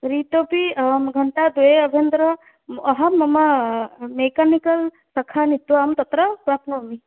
तर्हि इतोऽपि अहं घण्टा द्वे अभ्यन्तरे अहं मम मेकनिकल् सखा नीत्वा अहं तत्र प्राप्नोमि